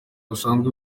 busanzwe